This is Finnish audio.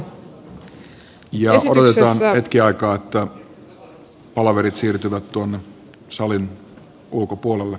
odotetaan hetken aikaa että palaverit siirtyvät tuonne salin ulkopuolelle